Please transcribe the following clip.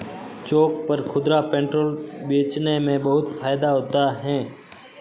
चौक पर खुदरा पेट्रोल बेचने में बहुत फायदा होता है